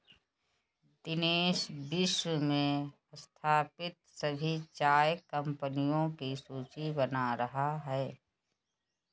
दिनेश विश्व में स्थापित सभी चाय कंपनियों की सूची बना रहा है